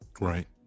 Right